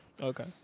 Okay